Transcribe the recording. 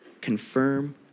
confirm